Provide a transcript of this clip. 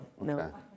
No